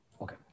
Okay